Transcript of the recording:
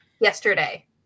yesterday